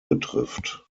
betrifft